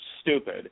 stupid